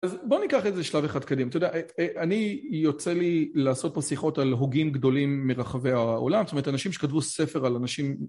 אז בוא ניקח את זה שלב אחד קדימה, אתה יודע אני יוצא לי לעשות פה שיחות על הוגים גדולים מרחבי העולם, זאת אומרת אנשים שכתבו ספר על אנשים